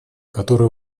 который